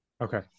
okay